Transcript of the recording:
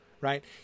Right